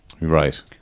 Right